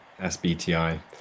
SBTI